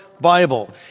Bible